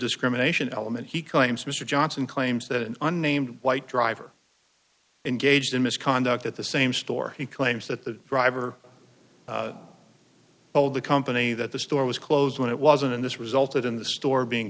discrimination element he claims mr johnson claims that an unnamed white driver engaged in misconduct at the same store he claims that the driver told the company that the store was closed when it wasn't and this resulted in the store being